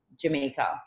Jamaica